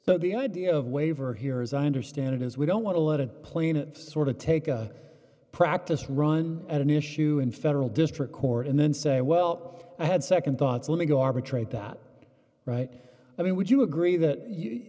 so the idea of waiver here as i understand it is we don't want to let a plaintiff sort of take a practice run an issue in federal district court and then say well i had nd thoughts let me go arbitrate that right i mean would you agree that you